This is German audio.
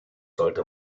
sollte